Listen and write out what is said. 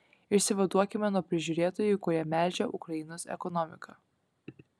išsivaduokime nuo prižiūrėtojų kurie melžia ukrainos ekonomiką